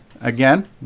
again